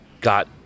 got